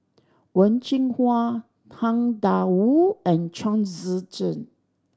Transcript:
Wen Jinhua Tang Da Wu and Chong Tze Chien